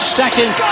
second